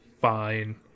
Fine